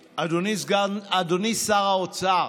אדוני שר האוצר,